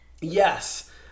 Yes